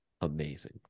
amazing